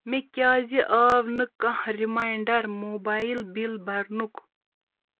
مےٚ کیٛازِ آو نہٕ کانٛہہ رِماینٛڈَر موبایِل بِل برنُک